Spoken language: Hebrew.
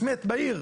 יש מת בעיר,